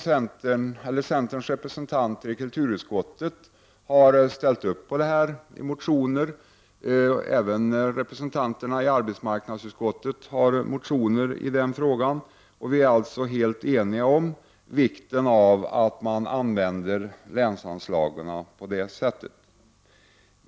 Centerns representanter i kulturutskottet har ställt sig bakom detta. Även representanter i arbetsmarknadsutskottet har motionerat i denna fråga. Vi är alltså helt eniga om vikten av att man använder länsanslagen på detta sätt.